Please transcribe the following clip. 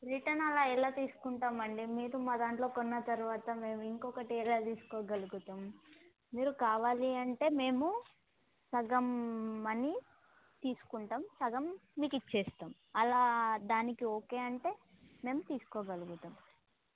return అలా ఎలా తీసుకుంటామండి మీరు మా దాంట్లో కొన్న తర్వాత మేము ఇంకొకటి ఎలా తీసుకోగలుగుతాం మీరు కావాలి అంటే మేము సగం మనీ తీసుకుంటాం సగం మీకు ఇచ్చేస్తాం అలా దానికి ఓకే అంటే మేము తీసుకోగలుగుతాం